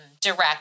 direct